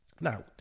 Now